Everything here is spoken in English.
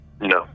No